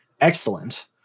excellent